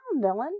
Dylan